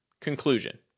Conclusion